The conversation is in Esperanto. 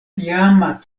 tiama